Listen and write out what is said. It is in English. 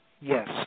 Yes